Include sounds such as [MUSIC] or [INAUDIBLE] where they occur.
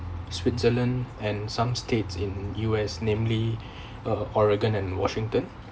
switzerland and some states in U_S namely [BREATH] uh oregon and washington